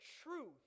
truth